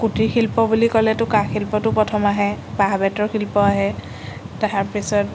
কুটিৰ শিল্প বুলি ক'লেতো কাঁহ শিল্পটো প্ৰথম আহে বাঁহ বেতৰ শিল্প আহে তাৰপিছত